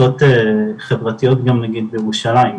קבוצות חברתיות גם נגיד בירושלים.